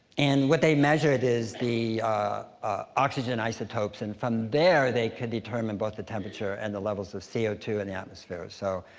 and what they measured is the oxygen isotopes. and from there, they could determine both the temperature and the levels of c o two in the atmosphere. so,